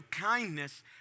kindness